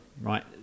right